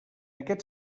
aquest